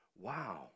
wow